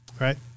right